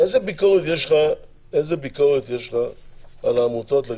איזה ביקורת יש לך על העמותות?